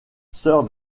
sir